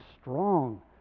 strong